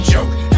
Joke